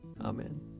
Amen